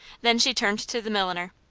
then she turned to the milliner.